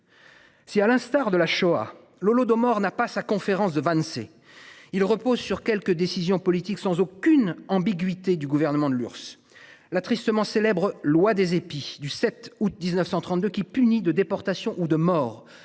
Si à l'instar de la Shoah. L'Holodomor n'a pas sa conférence de Wannsee. Il repose sur quelques décisions politiques sans aucune ambiguïté du gouvernement de l'URSS. La tristement célèbre loi des épis du 7 août 1932, qui punit de déportation ou de mort